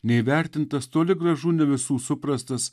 neįvertintas toli gražu ne visų suprastas